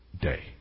day